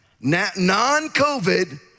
non-COVID